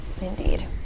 Indeed